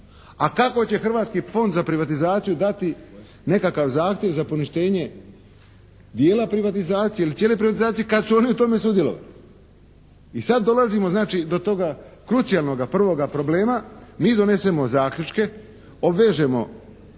A kako će Hrvatski fond za privatizaciju dati nekakav zahtjev za poništenje dijela privatizacije ili cijele privatizacije kad su oni u tome sudjelovali? I sad dolazimo znači do toga krucijalnoga prvoga problema, mi donesemo zaključke, obvežemo